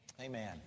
Amen